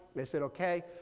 they said ok.